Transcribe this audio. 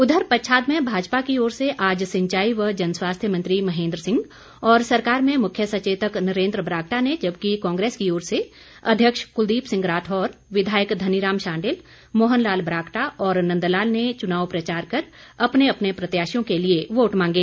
उधर पच्छाद में भाजपा की ओर से आज सिंचाई व जनस्वास्थ्य मंत्री महेन्द्र सिंह और सरकार में मुख्य सचेतक नरेन्द्र बरागटा ने जबकि कांग्रेस की ओर से अध्यक्ष कुलदीप सिंह राठौर विधायक धनराम शांडिल मोहन लाल ब्राक्टा और नंदलाल ने चुनाव प्रचार कर अपने अपने प्रत्याशियों के लिए वोट मांगे